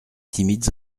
timides